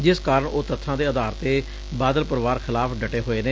ਜਿਸ ਕਾਰਨ ਉਹ ਤੱਬਾਂ ਦੇ ਆਧਾਰ ਤੇ ਬਾਦਲ ਪਰਿਵਾਰ ਖਿਲਾਫ਼ ਡੱਟੇ ਹੋਏ ਨੇ